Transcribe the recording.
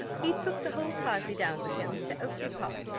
he took the whole party down with him to oakly-park.